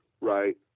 right